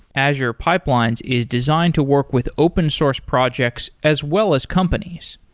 azure pipelines is designed to work with open source projects as well as companies.